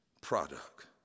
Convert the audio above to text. product